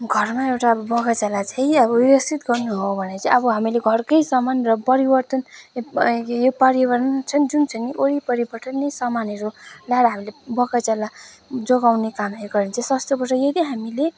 घरमा एउटा अब बगैँचालाई चाहिँ अब व्यवस्थित गर्नु हो भने चाहिँ अब हामीले घरकै सामान र परिवर्तन यो पर्यावरण छन् जुन छ नि वरिपरिबाट नै सामानहरू ल्याएर हामीले बगैँचालाई जोगाउने कामहरू गऱ्यो भने चाहिँ सस्तो पर्छ यदि हामीले